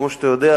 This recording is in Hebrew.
כמו שאתה יודע,